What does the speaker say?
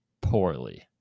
Poorly